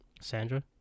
Sandra